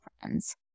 friends